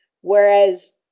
Whereas